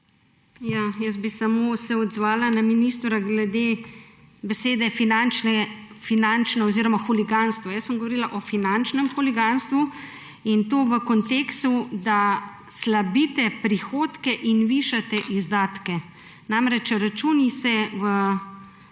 Jaz bi se samo odzvala na ministra glede besede finančno huliganstvo. Jaz sem govorila o finančnem huliganstvu, in to v kontekstu, da slabite prihodke in višate izdatke. Namreč, računi se,